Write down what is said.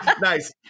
Nice